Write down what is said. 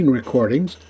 recordings